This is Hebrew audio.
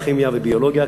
כימיה וביולוגיה,